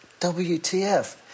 WTF